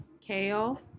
Kale